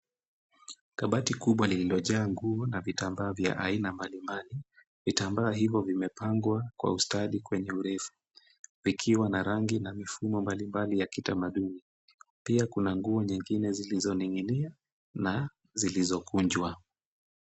Kabati kubwa lililojaa nguo na vitambaa vya aina mbalimbali. Vitambaa hivyo vimepangwa kwa ustadi kwenye urefu vikiwa na rangi na mifumo mbalimbali ya kitamaduni. Pia kuna nguo nyingine zilizoning'inia na zilizokunjwa.